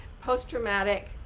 Post-traumatic